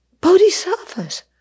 Bodhisattvas